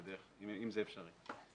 אם זה אפשרי.